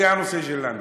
זה הנושא שלנו.